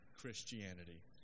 Christianity